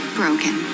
broken